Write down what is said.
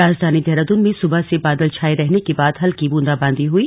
राजधानी देहरादून में सुबह से बादल छाए रहने के बाद हलकी ब्रूदाबादी हुई